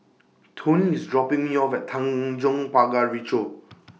Tony IS dropping Me off At Tanjong Pagar Ricoh